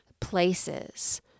places